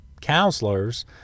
counselors